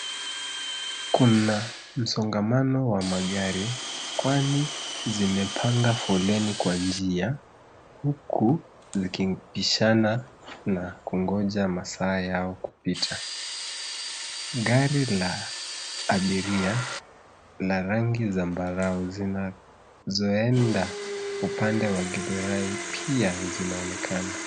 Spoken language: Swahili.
Kuna msongamano wa magari, kwani zimepanga foleni kwa njia, huku likipishana na kungoja masaa yao kupita. Gari la abiria la rangi zambarau zinazoenda upande wa Githurai pia zinaonekana.